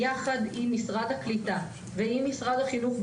ביחד עם משרד הקליטה ועם משרד החינוך,